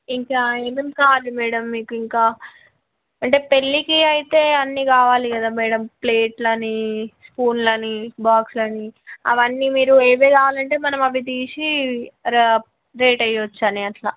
ఇంకా ఏమేమి కావాలి మేడమ్ మీకు ఇంకా అంటే పెళ్లికి అయితే అన్నీ కావాలి కదా మేడమ్ ప్లేట్లని స్పూన్లని బాక్స్లని అవన్నీ మీరు ఏవి కావాలంటే మనం అవి తీసి రేట్ వేయొచ్చని అట్లా